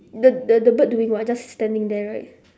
the the the bird doing what just standing there right